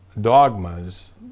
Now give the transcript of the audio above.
dogmas